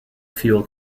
fuel